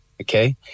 okay